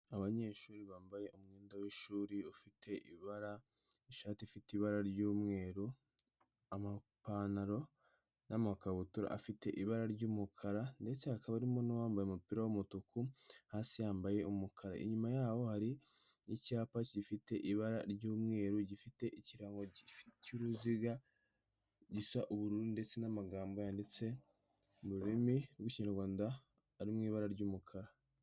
Abanyeshuri bambaye umwenda w'ishuri ufite ibara ishati ifite ibara ry'umweru, amapantaro n'makabutura afite ibara ry'umukara, ndetse hakaba harimo n'uwambaye umupira w'umutuku hasi yambaye umukara, inyuma yaho hari icyapa gifite ibara ry'umweru gifite ikirango cy'uruziga gisa ubururu ndetse n'amagambo yanditse mu rurimi rw'ikinyarwanda ari mu ibara ry'umukara.